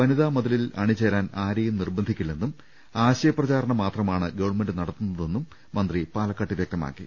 വനിതാമതി ലിൽ അണിചേരാൻ ആരെയും നിർബന്ധിക്കില്ലെന്നും ആശ്യ പ്രചരണം മാത്രമാണ് ഗവൺമെന്റ് നടത്തുന്നതെന്നും മന്ത്രി പാലക്കാട്ട് വ്യക്തമാക്കി